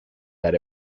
that